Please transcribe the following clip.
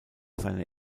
seine